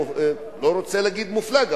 לא רוצה להגיד מופלג,